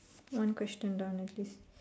one question down with this